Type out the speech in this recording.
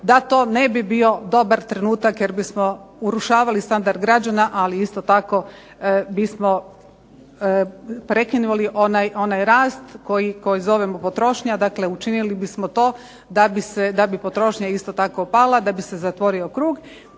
da to ne bi bio dobar trenutak jer bismo urušavali standard građana, ali isto tako bismo prekinuli onaj rast koji zovemo potrošnja. Dakle, učinili bismo to da bi potrošnja isto tako pala, da bi se zatvorio krug